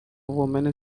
woman